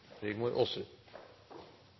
Rigmor Aasrud